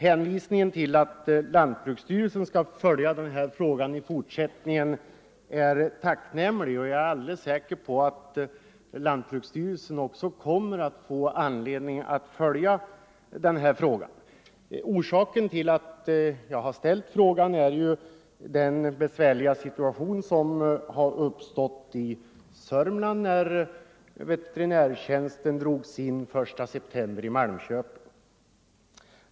Hänvisningen till att lantbruksstyrelsen skall följa den här frågan i fortsättningen är tacknämlig och jag är alldeles säker på att lantbruksstyrelsen också kommer att få anledning att göra det. Orsaken till att jag har ställt frågan är den besvärliga situation som har uppstått i Sörmland när veterinärtjänsten i Malmköping drogs in den 1 september.